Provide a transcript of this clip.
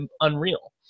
unreal